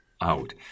out